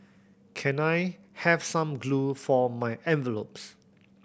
can I have some glue for my envelopes